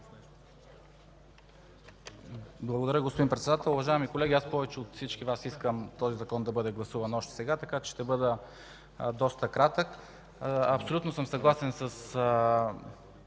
Благодаря, господин Председател. Уважаеми колеги, аз повече от всички Вас искам този закон да бъде гласуван още сега, така че ще бъда доста кратък. Абсолютно съм съгласен с